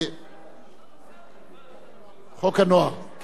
חוק לתיקון פקודת העיריות (מס' 129),